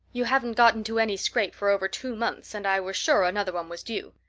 you haven't got into any scrape for over two months, and i was sure another one was due.